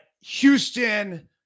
Houston